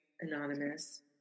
anonymous